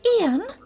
Ian